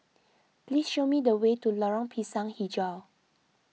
please show me the way to Lorong Pisang HiJau